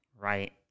Right